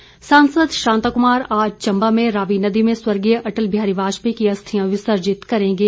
अस्थि विसर्जन सांसद शांता कुमार आज चम्बा में रावी नदी में स्वर्गीय अटल बिहारी वाजपेयी की अस्थियाँ विसर्जित करेंगे